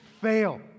fail